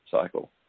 cycle